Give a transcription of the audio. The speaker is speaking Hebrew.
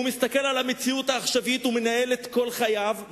הוא מסתכל על המציאות העכשווית ומנהל את כל חייו,